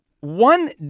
one